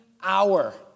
hour